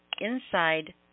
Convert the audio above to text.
inside